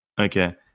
Okay